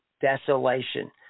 desolation